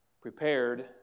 prepared